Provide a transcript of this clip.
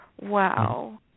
Wow